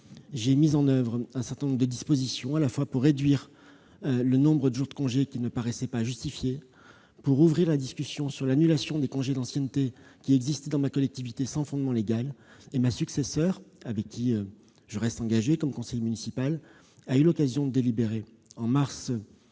j'ai mis en oeuvre un certain nombre de dispositions pour réduire le nombre de jours de congé, qui ne paraissait pas justifié, et pour ouvrir la discussion sur l'annulation des congés d'ancienneté qui existaient dans ma collectivité, sans fondement légal. Ma successeur, auprès de qui je reste engagé comme conseiller municipal, a eu l'occasion de délibérer en mars 2018,